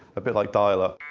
a bit like dial-up